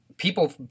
people